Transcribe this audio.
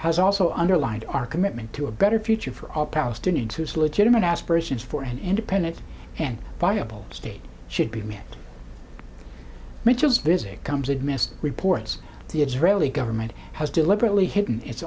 has also underlined our commitment to a better future for all palestinians whose legitimate aspirations for an independent and viable state should be met mitchell's visit comes at mr reports the israeli government has deliberately hidden its